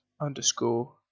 underscore